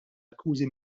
akkużi